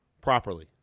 properly